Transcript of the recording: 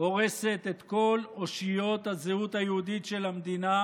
הורסת את כל אושיות הזהות היהודית של המדינה